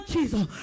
Jesus